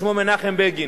ושמו מנחם בגין,